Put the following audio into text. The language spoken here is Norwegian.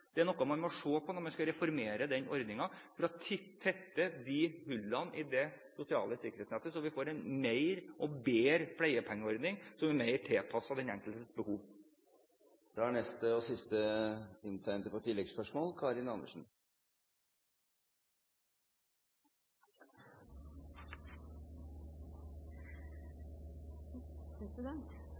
må se på når vi skal reformere ordningen for å tette de hullene i det sosiale sikkerhetsnettet, slik at vi får en bedre pleiepengeordning som er mer tilpasset den enkeltes behov. Karin Andersen – til oppfølgingsspørsmål. Det at foreldre som har barn med funksjonsnedsettelser, får både tid og